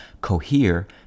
cohere